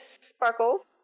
sparkles